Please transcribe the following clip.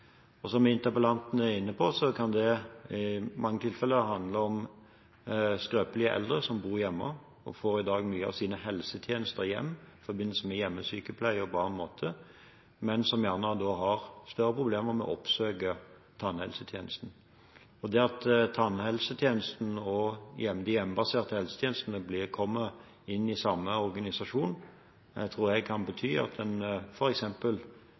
Som interpellanten er inne på, kan det i mange tilfeller handle om skrøpelige eldre som bor hjemme, og som i dag får mange av sine helsetjenester hjemme i forbindelse med hjemmesykepleie og på annen måte, men som da gjerne har større problemer med å oppsøke tannhelsetjenesten. Det at tannhelsetjenesten og de hjemmebaserte helsetjenestene kommer inn i samme organisasjon, tror jeg kan bety at en